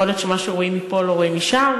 יכול להיות שמה שרואים מפה לא רואים משם,